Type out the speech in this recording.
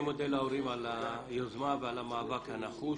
אני מודה להורים על היוזמה ועל המאבק הנחוש.